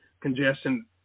congestion